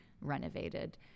renovated